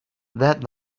that